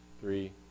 three